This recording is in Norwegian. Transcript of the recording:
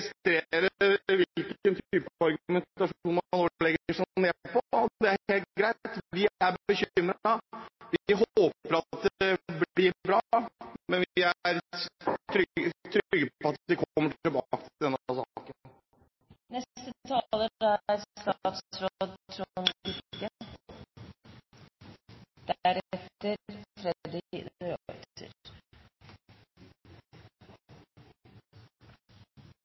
er greit! Vi er bekymret. Vi håper at det blir bra, men vi er trygge på at vi kommer tilbake til denne saken. Det er få ganger jeg har